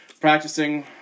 practicing